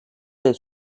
del